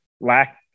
lack